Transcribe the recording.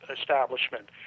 establishment